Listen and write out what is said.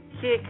kick